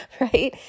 Right